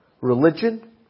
Religion